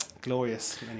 glorious